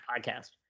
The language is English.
podcast